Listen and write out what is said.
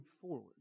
forward